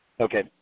Okay